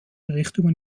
richtungen